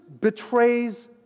betrays